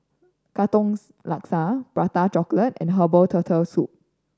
katongs laksa Prata Chocolate and herbal Turtle Soup